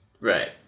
Right